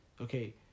Okay